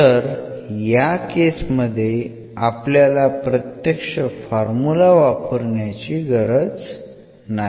तर या केस मध्ये आपल्याला प्रत्यक्ष फॉर्मुला वापरण्याची गरज नाही